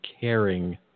caring